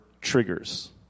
triggers